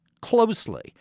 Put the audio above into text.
closely